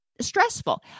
stressful